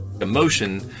Emotion